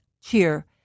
cheer